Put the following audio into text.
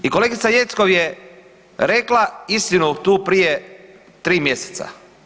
I kolegica Jeckov je rekla istinu tu prije 3 mjeseca.